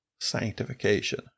sanctification